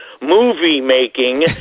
movie-making